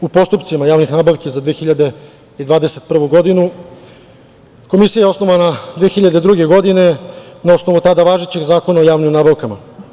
U postupcima javnih nabavki za 2021. godinu, komisija je osnovana 2002. godine, na osnovu važećeg tada Zakona o javnim nabavkama.